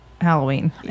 Halloween